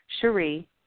Cherie